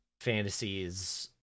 fantasies